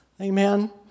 Amen